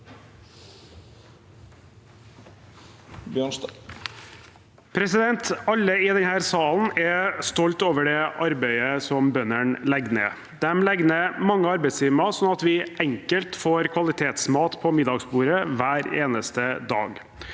Alle i denne salen er stolte over det arbeidet bøndene legger ned. De legger ned mange arbeidstimer, sånn at vi enkelt får kvalitetsmat på middagsbordet hver eneste dag.